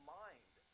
mind